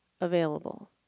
available